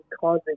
causing